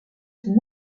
son